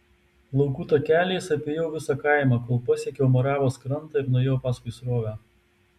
laukų takeliais apėjau visą kaimą kol pasiekiau moravos krantą ir nuėjau paskui srovę